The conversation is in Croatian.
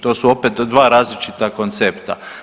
To su opet dva različita koncepta.